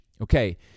Okay